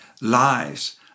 lives